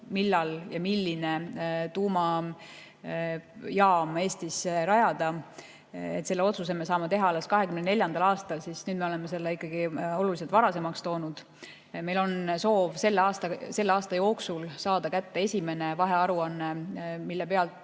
millal ja milline tuumajaam Eestis rajada, me saame teha alles 2024. aastal, siis nüüd me oleme selle ikkagi oluliselt varasemaks toonud. Meil on soov selle aasta jooksul saada kätte esimene vahearuanne, mille